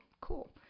cool